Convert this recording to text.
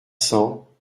cents